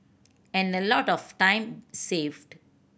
and a lot of time saved